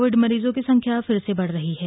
Covid मरीजों की संख्या फिर से बढ़ रही है